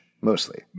Mostly